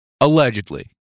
Allegedly